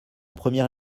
première